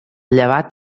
llevat